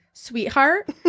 Sweetheart